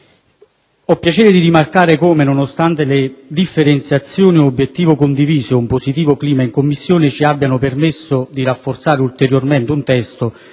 il piacere di rimarcare come, nonostante le differenziazioni, un obiettivo condiviso ed un positivo clima in Commissione ci abbiano permesso di rafforzare ulteriormente un testo